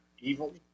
evil